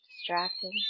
distracted